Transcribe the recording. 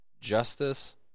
Justice